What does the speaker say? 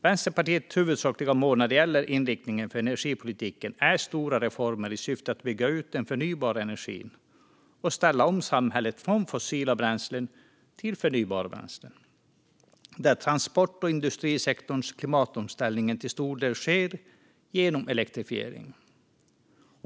Vänsterpartiets huvudsakliga mål när det gäller inriktningen för energipolitiken är stora reformer i syfte att bygga ut den förnybara energin och ställa om samhället från fossila bränslen till förnybara bränslen. Transport och industrisektorns klimatomställning sker till stor del genom elektrifiering.